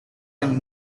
yang